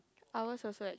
ours also at